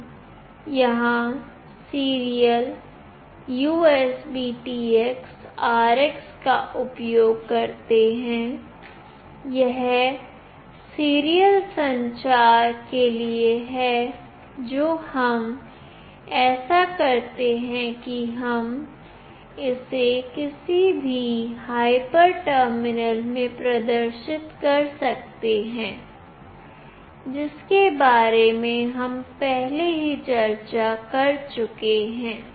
हम यहां serial USBTX RX का उपयोग करते हैं यह सीरियल संचार के लिए है जो हम ऐसा करते हैं कि हम इसे किसी भी हाइपर टर्मिनल में प्रदर्शित कर सकते हैं जिसके बारे में हम पहले ही चर्चा कर चुके हैं